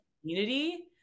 community